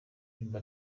yumva